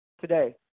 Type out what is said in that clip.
today